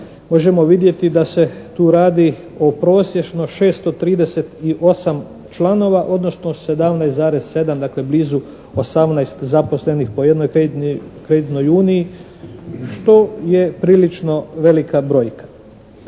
možemo vidjeti da se tu radi o prosječno 638 članova odnosno 17,7 dakle blizu 18 zaposlenih po jednoj kreditnoj uniji što je prilično velika brojka.